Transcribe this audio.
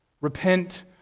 Repent